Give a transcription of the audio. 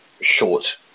short